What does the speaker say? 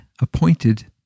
appointed